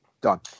Done